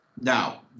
now